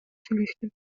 сүйлөштүм